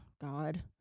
God